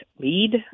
lead